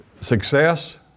success